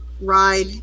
ride